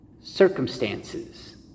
circumstances